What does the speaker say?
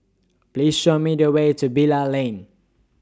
Please Show Me The Way to Bilal Lane